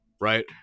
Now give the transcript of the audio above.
right